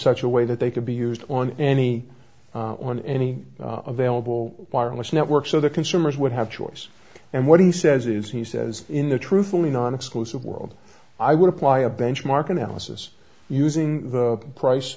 such a way that they could be used on any on any available wireless network so the consumers would have choice and what he says is he says in the truthfully non exclusive world i would apply a benchmark analysis using the price